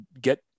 get